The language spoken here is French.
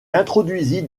introduisit